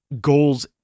goals